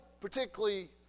particularly